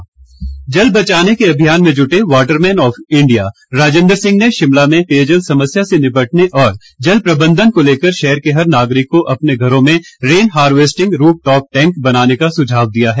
राजेन्द्र सिंह जल बचाने के अभियान में जुटे water man of India Rajendra Singh ने शिमला में पेयजल समस्या से निपटने और जल प्रबंधन को लेकर शहर के हर नागरिक को अपने घरों में rain harvesting roof top tank बनाने का सुझाव दिया है